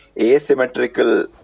asymmetrical